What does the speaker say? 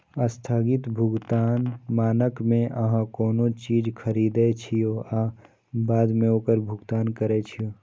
स्थगित भुगतान मानक मे अहां कोनो चीज खरीदै छियै आ बाद मे ओकर भुगतान करै छियै